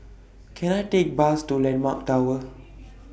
Can I Take A Bus to Landmark Tower